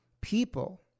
People